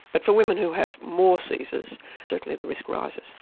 but for women who have more caesars certainly the risk rises.